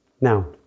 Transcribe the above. Now